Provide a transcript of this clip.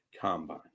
combine